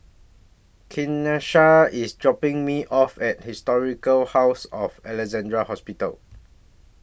Kanisha IS dropping Me off At Historic House of Alexandra Hospital